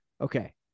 Okay